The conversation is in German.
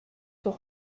doch